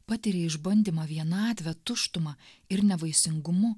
patiria išbandymą vienatvę tuštumą ir nevaisingumu